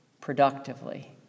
productively